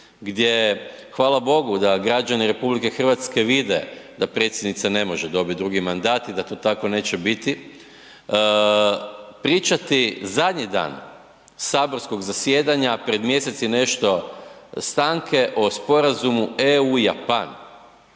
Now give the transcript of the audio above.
gdje hvala Bogu da građani RH vide da predsjednica ne može dobiti drugi mandat i da to tako neće biti, pričati zadnji dan saborskog zasjedanja pred mjesec i nešto stanke o Sporazumu EU-Japan,